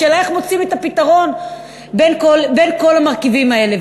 השאלה היא איך מוצאים את הפתרון בין כל המרכיבים האלה.